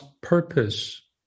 purpose